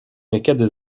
niekiedy